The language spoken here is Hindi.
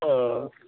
आअ